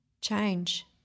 change